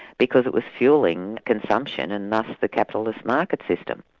because it was fuelling consumption and thus the capitalist market system.